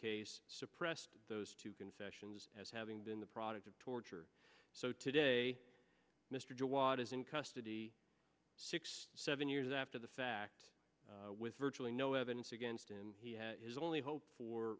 case suppressed those two confessions as having been the product of torture so today mr jawad is in custody six seven years after the fact with virtually no evidence against in his only hope for